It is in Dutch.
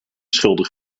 schuldig